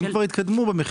אבל הם כבר התקדמו במכירה.